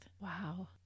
Wow